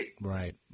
Right